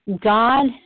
God